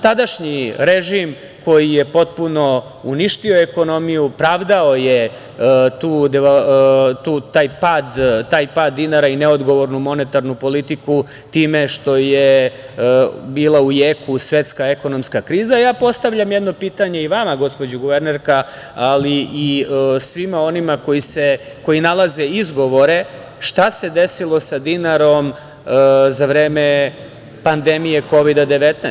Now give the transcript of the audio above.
Tadašnji režim koji je potpuno uništio ekonomiju, pravdao je taj pad dinara i neodgovornu monetarnu politiku time što je bila u jeku svetska ekonomska kriza, ja postavljam jedno pitanje i vama, gospođo guvernerka, ali i svima onima koji nalaze izgovore- šta se desilo sa dinarom za vreme pandemije Kovida 19?